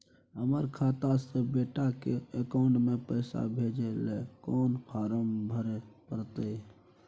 हमर खाता से बेटा के अकाउंट में पैसा भेजै ल कोन फारम भरै परतै?